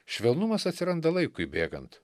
švelnumas atsiranda laikui bėgant